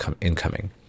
incoming